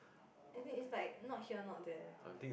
as in it's like not here not there